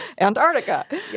Antarctica